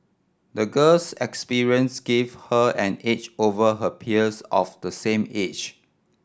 the girl's experience gave her an edge over her peers of the same age